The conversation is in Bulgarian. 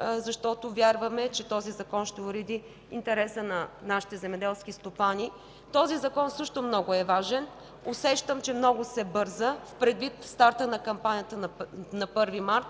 защото вярваме, че този закон ще уреди интереса на нашите земеделски стопани. Този закон също е много важен. Усещам, че много се бърза предвид старта на кампанията на 1 март,